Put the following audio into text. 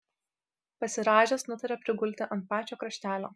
pasirąžęs nutarė prigulti ant pačio kraštelio